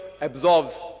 absorbs